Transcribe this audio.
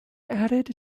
added